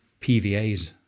PVAs